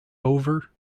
over